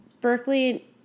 Berkeley